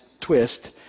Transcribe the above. twist